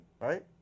right